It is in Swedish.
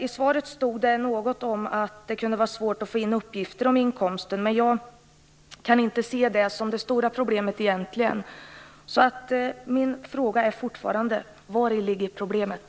I svaret står det att "det kan vara svårt att få in uppgifter om inkomsten", men jag kan inte se det som det stora problemet. Min fråga är därför fortfarande: Vari ligger problemet?